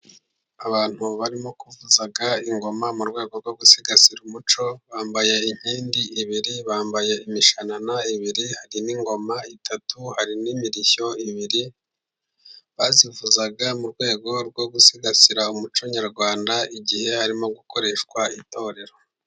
Abantu barimo kuvuza ingoma mu rwego rwo gusigasira umuco, bambaye inkindi ibiri, bambaye imishanana ibiri, hari n'ingoma itatu, hari n'imirishyo ibiri, bazivuza mu rwego rwo gusigasira umuco nyarwanda, igihe harimo gukoreshwa itorero.